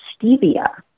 stevia